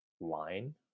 line